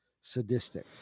sadistic